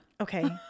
Okay